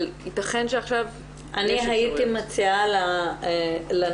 אבל ייתכן שעכשיו --- אני הייתי מציעה לנשים